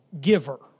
giver